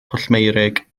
pwllmeurig